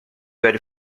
very